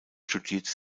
studierte